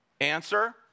Answer